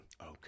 okay